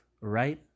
right